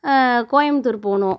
கோயம்பத்தூர் போகனும்